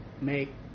make